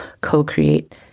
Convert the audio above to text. co-create